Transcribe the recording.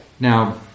Now